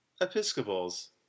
Episcopals